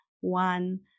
one